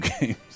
games